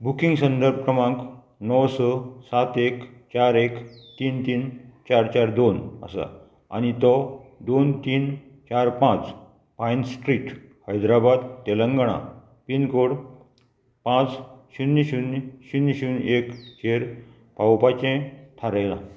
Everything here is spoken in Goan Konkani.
बुकींग संदर्भ क्रमांक णव स सात एक चार एक तीन तीन चार चार दोन आसा आनी तो दोन तीन चार पांच पायन स्ट्रीट हैद्राबाद तेलंगणा पिनकोड पांच शुन्य शुन्य शुन्य शुन्य एक चेर पावोवपाचें थारायलां